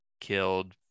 killed